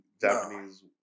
Japanese